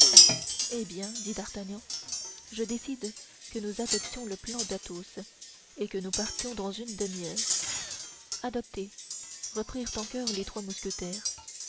eh bien dit d'artagnan je décide que nous adoptions le plan d'athos et que nous partions dans une demi-heure adopté reprirent en choeur les trois mousquetaires